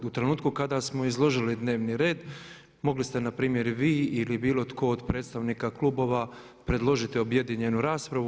U trenutku kada smo izložili dnevni red mogli ste npr. i vi ili bilo tko od predstavnika klubova predložiti objedinjenu raspravu.